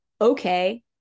okay